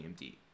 AMD